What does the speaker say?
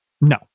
No